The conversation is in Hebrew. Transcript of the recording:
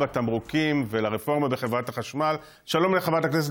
אדוני היושב-ראש, חברי השר, חברי הכנסת,